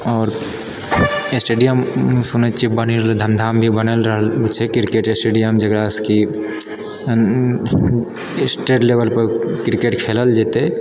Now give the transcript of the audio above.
आओर स्टेडियम सुनै छिए छै बनि रहल छै धमदाहामे भी बनि रहल छै किरकेट स्टेडियम जकरासँ कि स्टेट लेवलपर क्रिकेट खेलल जेतै